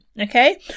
Okay